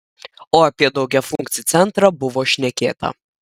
o apie daugiafunkcį centrą buvo šnekėta